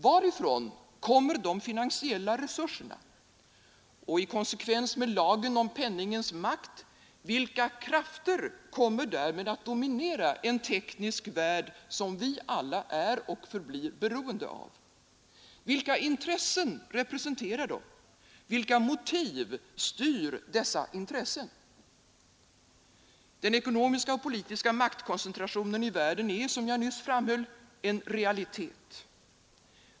Varifrån kommer de finansiella resurserna och — i konsekvens med lagen om penningens makt — vilka krafter kommer därmed att dominera en teknisk värld, som vi alla är och förblir beroende av? Vilka intressen representerar de? Vilka motiv styr dessa intressen? Den ekonomiska och politiska maktkoncentrationen i världen är, som jag nyss framhöll, en realitet.